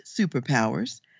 superpowers